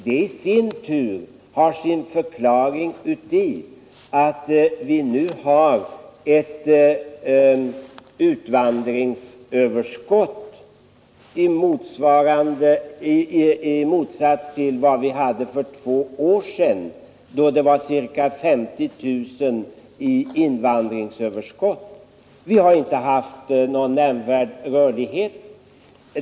Det i sin tur har sin förklaring i att vi nu har ett utvandringsöverskott — i motsats till vad vi hade för två år sedan, då det var ca 50 000 i invandringsöverskott. Vi har inte heller haft någon nämnvärd rörlighet.